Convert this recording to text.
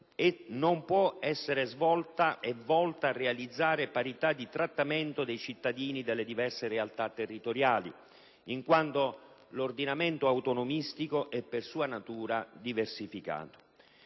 non può essere volta a realizzare parità di trattamento dei cittadini delle diverse realtà territoriali, in quanto l'ordinamento autonomistico è per sua natura diversificato.